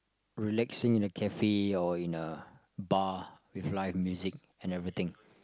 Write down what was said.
relaxing in a cafe or in a bar with live music and everything